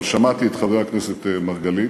אבל שמעתי את חבר הכנסת מרגלית,